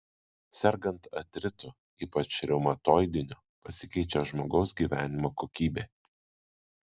sergant artritu ypač reumatoidiniu pasikeičia žmogaus gyvenimo kokybė